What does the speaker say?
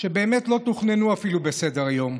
שבאמת לא תוכננו אפילו בסדר-היום.